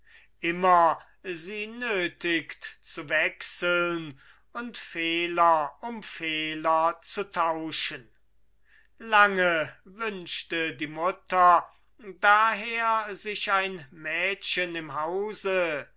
immer sie nötigt zu wechseln und fehler um fehler zu tauschen lange wünschte die mutter daher sich ein mädchen im hause